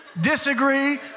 disagree